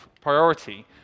priority